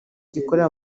gikorera